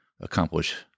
accomplish